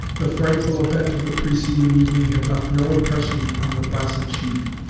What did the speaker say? the frightful event of the preceding evening had left no impression on the placid sheet,